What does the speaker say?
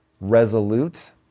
resolute